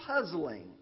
puzzling